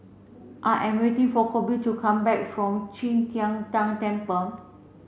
I am waiting for Colby to come back from Qi Tian Tan Temple